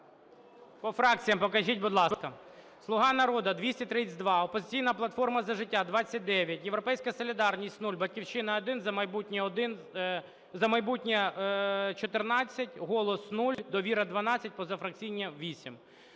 По фракціях покажіть, будь ласка, "Слуга народу" – 232, "Опозиційна платформа - За життя" – 29, "Європейська солідарність" – 0, "Батьківщина" – 1, "За майбутнє" – 14, "Голос" – 0, "Довіра" – 12, позафракційні – 8.